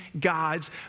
God's